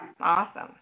Awesome